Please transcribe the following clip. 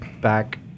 back